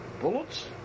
Bullets